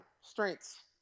Strengths